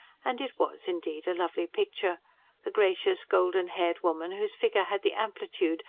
and it was indeed a lovely picture the gracious, golden-haired woman, whose figure had the amplitude,